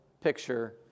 picture